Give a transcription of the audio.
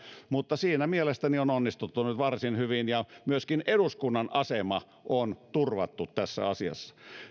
mutta siinä mielestäni on onnistuttu nyt varsin hyvin ja myöskin eduskunnan asema on turvattu tässä asiassa